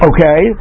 Okay